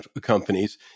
companies